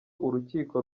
urukiko